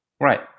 Right